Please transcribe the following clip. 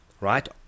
right